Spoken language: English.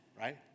right